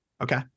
Okay